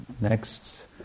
next